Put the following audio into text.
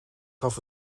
gaf